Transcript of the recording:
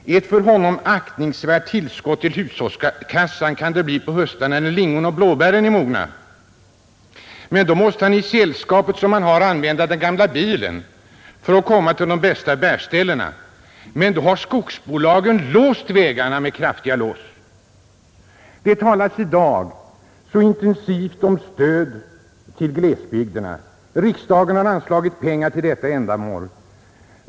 Det kan för honom bli ett aktningsvärt tillskott i hushållskassan på hösten när lingon och blåbär är mogna. Men då måste han för det sällskap som han har använda den gamla bilen för att komma till de bästa bärställena, och då har skogsbolagen låst vägarna med kraftiga lås. Det talas i dag så intensivt om stöd till glesbygderna. Riksdagen har anslagit pengar till detta ändamål.